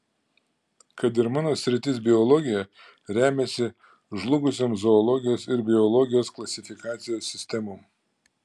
kad ir mano sritis biologija remiasi žlugusiom zoologijos ir biologijos klasifikacijos sistemom